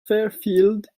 fairfield